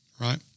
Right